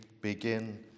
begin